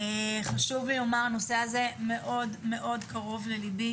חשוב לי לומר, הנושא הזה מאוד קרוב לליבי.